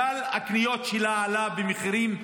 סל הקניות שלה עלה במחירים מטורפים.